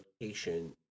location